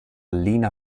lina